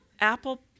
apple